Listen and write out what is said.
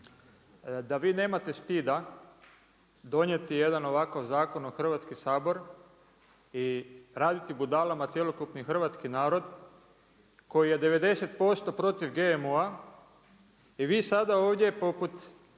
da vi nemate stida donijeti jedan ovako zakon u Hrvatski sabor i raditi budalama cjelokupni hrvatski narod, koji je 90% protiv GMO-a, i vi sad ovdje poput,